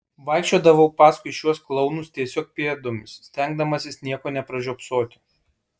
vaikščiodavau paskui šiuos klounus tiesiog pėdomis stengdamasis nieko nepražiopsoti